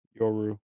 Yoru